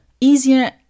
Easier